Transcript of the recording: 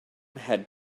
had